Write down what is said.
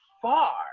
far